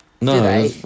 No